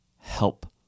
help